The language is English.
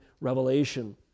revelation